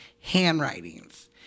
handwritings